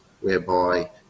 whereby